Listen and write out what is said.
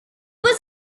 was